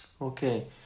okay